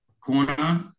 corner